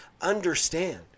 Understand